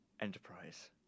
Enterprise